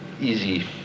easy